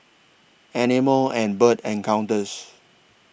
Animal and Bird Encounters